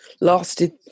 lasted